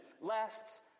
lasts